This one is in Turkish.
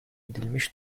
edilmiş